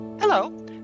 Hello